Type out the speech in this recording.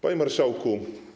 Panie Marszałku!